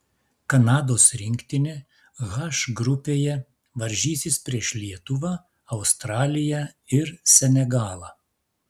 kanados rinktinė h grupėje varžysis prieš lietuvą australiją ir senegalą